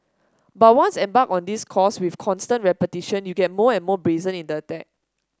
but once embarked on this course with constant repetition you get more and more brazen in the attack